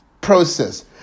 process